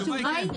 התשובה היא כן.